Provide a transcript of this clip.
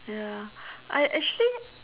ya I actually